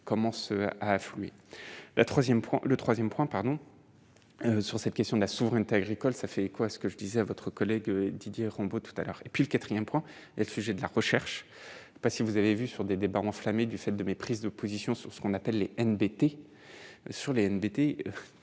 commencent à affluer la 3ème prend le 3ème point pardon sur cette question de la souveraineté agricole ça fait quoi, ce que je disais à votre collègue Didier Rambaud tout à l'heure et puis le 4ème point est le sujet de la recherche pas si vous avez vu sur des débats enflammés du fait de mes prises de position sur ce qu'on appelle l'embêter sur Les MDT,